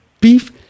beef